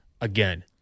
Again